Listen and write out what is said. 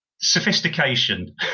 Sophistication